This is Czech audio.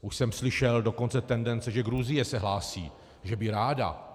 Už jsem slyšel dokonce tendence, že Gruzie se hlásí, že by ráda.